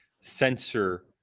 censor